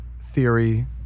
theory